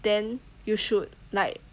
then you should like